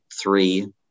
three